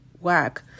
whack